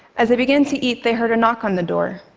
as they began to eat, they heard a knock on the door.